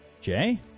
Jay